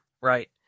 right